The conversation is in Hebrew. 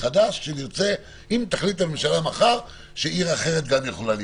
אם תחליט הממשלה מחר שעיר אחרת גם יכולה להיות.